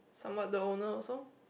somewhat the owner also